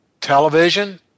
television